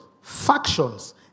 factions